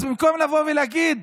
אז במקום לבוא ולהגיד: